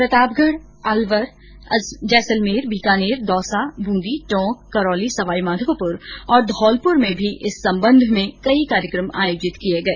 प्रतापगढ़ अलवर जैसलमेर बीकानेर दौसा बूंदी टोंक करौली सवाई माधोपुर और धौलपुर में भी इस सम्बन्ध में कई कार्यक्रम आयोजित किये गये